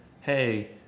hey